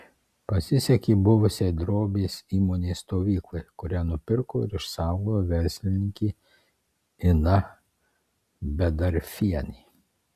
pasisekė buvusiai drobės įmonės stovyklai kurią nupirko ir išsaugojo verslininkė ina bedarfienė